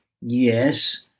yes